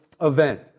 event